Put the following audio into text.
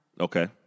Okay